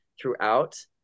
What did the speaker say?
throughout